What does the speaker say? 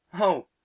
Oh